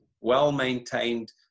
well-maintained